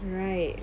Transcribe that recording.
right